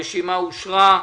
הצבעה הרשימה אושרה.